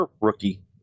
rookie